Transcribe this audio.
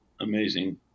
amazing